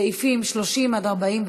סעיפים 30 41: